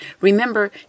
Remember